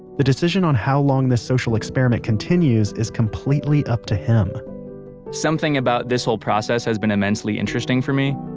the decision on how long this social experiment continues is completely up to him something about this whole process has been immensely interesting for me.